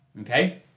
Okay